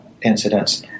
incidents